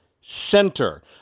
center